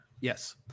Yes